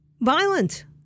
violent